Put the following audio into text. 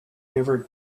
never